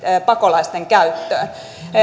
pakolaisten käyttöön